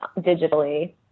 digitally